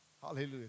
Hallelujah